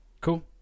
Cool